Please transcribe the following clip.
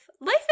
Life